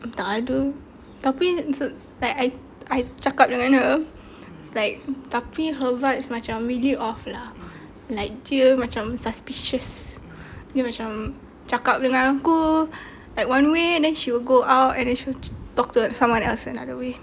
tak ada tapi like I I cakap dengan dia like tapi her vibes macam really off lah like dia macam suspicious dia macam cakap dengan aku like one way then she will go out and then she will talk to someone else another way